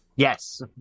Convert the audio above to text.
Yes